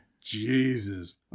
Jesus